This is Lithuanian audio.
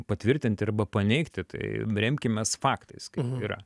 patvirtinti arba paneigti tai remkimės faktais kaip yra